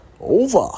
over